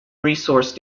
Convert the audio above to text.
resource